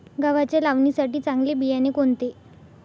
गव्हाच्या लावणीसाठी चांगले बियाणे कोणते?